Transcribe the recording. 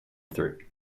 through